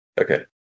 Okay